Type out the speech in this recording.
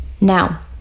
Now